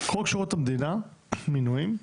חוק שירות המדינה, מנויים,